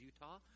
Utah